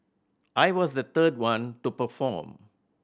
I was the third one to perform